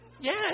yes